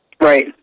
Right